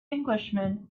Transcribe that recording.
englishman